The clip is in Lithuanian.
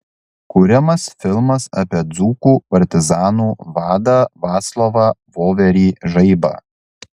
kuriamas filmas apie dzūkų partizanų vadą vaclovą voverį žaibą